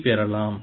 M H0H M 2M